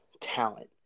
talent